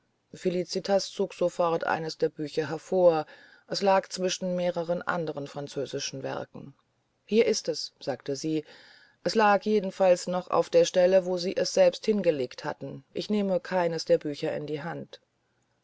felicitas zog sofort eines der bücher hervor es lag zwischen mehreren anderen französischen werken hier ist es sagte sie es lag jedenfalls noch auf der stelle wo sie es selbst hingelegt hatten ich nehme keines der bücher in die hand